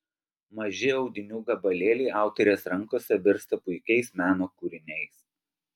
maži audinių gabalėliai autorės rankose virsta puikiais meno kūriniais